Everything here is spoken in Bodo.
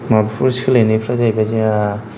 माबाफोर सोलायनायफ्रा जाहैबाय जोंहा